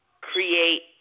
create